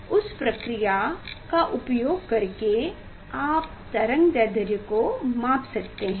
उस प्रक्रिया का उपयोग करके आप तरंगदैर्ध्य को माप सकते हैं